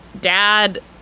Dad